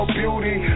beauty